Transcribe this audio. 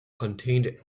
contained